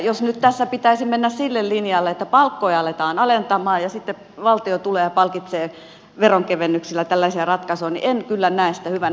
jos nyt tässä pitäisi mennä sille linjalle että palkkoja aletaan alentaa ja sitten valtio tulee ja palkitsee veronkevennyksillä tällaisia ratkaisuja niin en kyllä näe sitä hyvänä